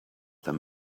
them